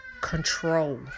control